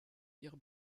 ihre